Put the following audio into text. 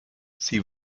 sie